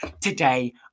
today